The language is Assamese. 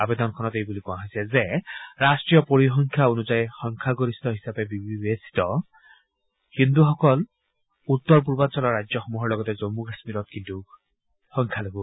আৱেদনখনত এইবুলি কোৱা হৈছে যে ৰাষ্ট্ৰীয় পৰিসংখ্যা অনুযায়ী সংখ্যাগৰিষ্ঠৰূপে বিবেচিত হিন্দুসকল উত্তৰ পূৰ্বাঞ্চলৰ ৰাজ্যসমূহৰ লগতে জম্মু কাশ্মীৰত কিন্তু সংখ্যালঘু